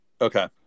Okay